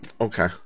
okay